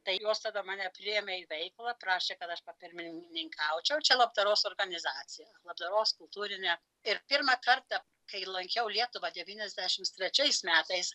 tai jos tada mane priėmė į veikalą prašė kad aš papirmininkaučiau čia labdaros organizacija labdaros kultūrinė ir pirmą kartą kai lankiau lietuvą devyniasdešimt trečiais metais